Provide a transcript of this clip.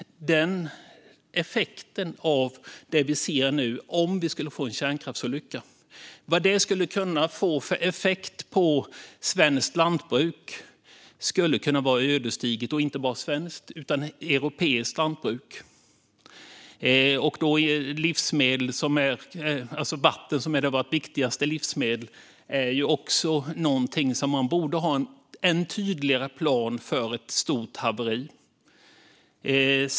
Effekten av en kärnkraftsolycka skulle vara ödesdiger inte bara för det svenska utan även det europeiska lantbruket. Vårt viktigaste livsmedel är vatten, och även det är ju någonting som man borde ha en ännu tydligare plan för i händelse av ett stort haveri.